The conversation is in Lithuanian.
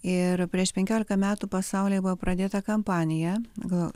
ir prieš penkiolika metų pasaulyje buvo pradėta kampanija gal